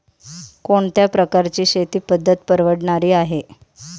कोणत्या प्रकारची शेती पद्धत परवडणारी आहे?